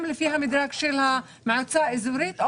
לפי המדרג הגבוה של המועצה האזורית.